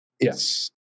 Yes